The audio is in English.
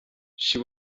she